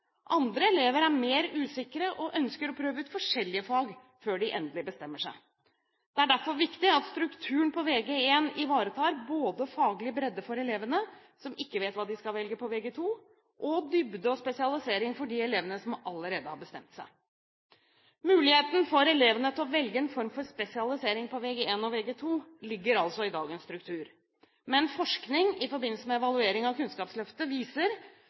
Andre elever er mer usikre og ønsker å prøve ut forskjellige fag før de endelig bestemmer seg. Det er derfor viktig at strukturen på Vg1 ivaretar både faglig bredde for elevene som ikke vet hva de skal velge på Vg2, og dybde og spesialisering for de elevene som allerede har bestemt seg. Muligheten for elevene til å velge en form for spesialisering på Vg1 og Vg2 ligger altså i dagens struktur. Men forskning i forbindelse med evaluering av Kunnskapsløftet viser